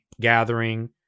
gathering